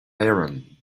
aaron